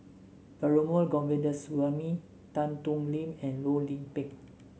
Perumal Govindaswamy Tan Thoon Lip and Loh Lik Peng